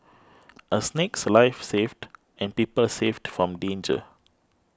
a snake's life saved and people saved from danger